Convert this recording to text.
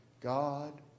God